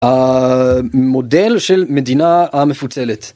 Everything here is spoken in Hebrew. מודל של מדינה המפוצלת.